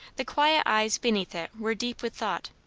the quiet eyes beneath it were deep with thought.